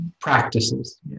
practices